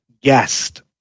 guest